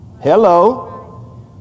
Hello